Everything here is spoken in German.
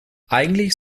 eigentlich